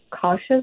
cautious